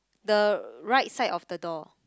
the right side of the door